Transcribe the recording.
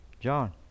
John